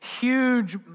huge